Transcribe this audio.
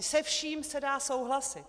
Se vším se dá souhlasit.